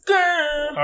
Girl